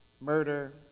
murder